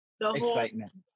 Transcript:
excitement